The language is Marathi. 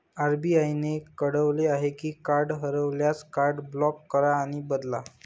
आर.बी.आई ने कळवले आहे की कार्ड हरवल्यास, कार्ड ब्लॉक करा आणि बदला